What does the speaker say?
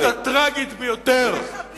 את הטרגית ביותר,